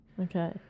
Okay